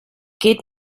geht